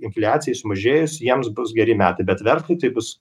infliacijai sumažėjus jiems bus geri metai bet verslui tai bus